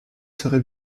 serait